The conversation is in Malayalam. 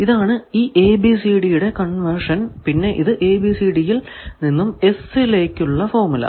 ഇതാണ് ഈ ABCD യുടെ കൺവെർഷൻ പിന്നെ ഇത് ABCD യിൽ നിന്നും S ലേക്കുള്ള ഫോർമുല